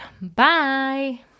Bye